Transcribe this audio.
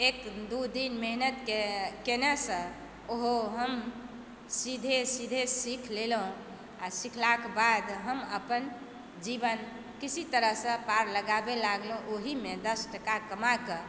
एक दू दिन मेहनतकेँ कयनेसँ ओहो हम सीधे सीधे सीख लेलहुँ आओर सीखलाके बाद हम अपन जीवन किसी तरहसँ पार लगाबै लागलहुँ ओहिमे दस टाका कमाकऽ